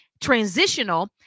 transitional